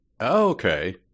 okay